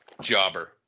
Jobber